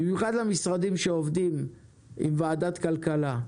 במיוחד למשרדים שעובדים עם ועדת הכלכלה.